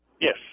Yes